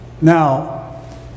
Now